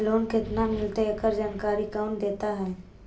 Loan केत्ना मिलतई एकड़ जानकारी कौन देता है?